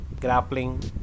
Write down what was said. grappling